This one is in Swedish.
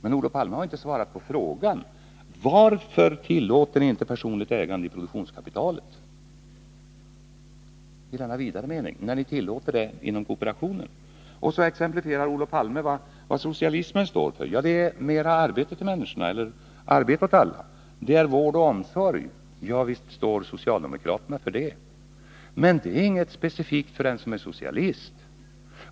Men Olof Palme har inte svarat på frågan: Varför tillåter ni inte personligt ägande när det gäller produktionskapitalet i denna vidare mening när ni tillåter det inom kooperationen? Vidare ger Olof Palme exempel på vad socialismen står för: Arbete åt alla, vård och omsorg. Ja, visst står socialdemokraterna för det, men det är inget specifikt för den som är socialist.